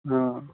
ହଁ